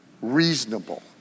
reasonable